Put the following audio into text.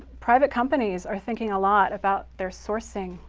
private companies are thinking a lot about their sourcing,